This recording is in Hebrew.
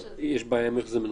יש בעיה עם איך שזה מנוסח?